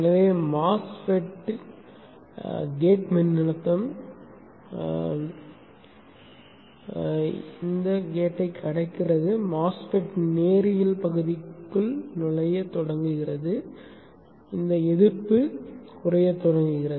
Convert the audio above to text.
எனவே MOSFET gate மின்னழுத்தம் ஒரு வாசலைக் கடக்கிறது MOSFET நேரியல் பகுதிக்குள் நுழையத் தொடங்குகிறது இந்த எதிர்ப்பு குறையத் தொடங்குகிறது